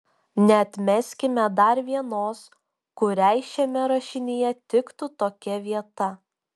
neatmeskime dar vienos kuriai šiame rašinyje tiktų tokia vieta